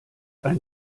ein